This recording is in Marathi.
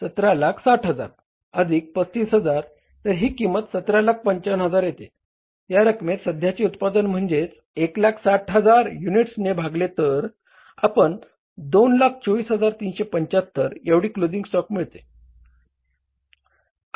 1760000 अधिक 35000 तर ही किंमत 1795000 येते या रक्कमेस सध्याचे उत्पादन म्हणजेच 160000 युनिट्सने भागले तर आपणास 224375 एवढी क्लोझिंग स्टॉक मिळते